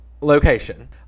location